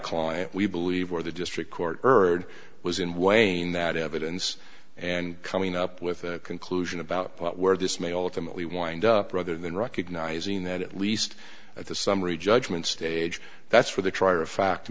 client we believe or the district court heard was in wayne that evidence and coming up with a conclusion about where this may all of them we wind up rather than recognizing that at least at the summary judgment stage that's for the t